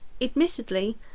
admittedly